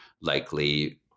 likely